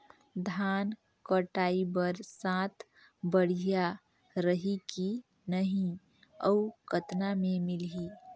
धान कटाई बर साथ बढ़िया रही की नहीं अउ कतना मे मिलही?